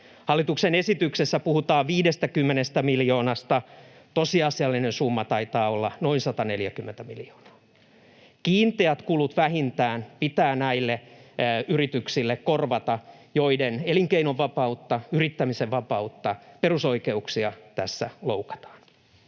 Hallituksen esityksessä puhutaan 50 miljoonasta. Tosiasiallinen summa taitaa olla noin 140 miljoonaa. Vähintään kiinteät kulut pitää korvata näille yrityksille, joiden elinkeinonvapautta ja yrittämisenvapautta, perusoikeuksia, tässä loukataan.